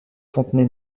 fontenay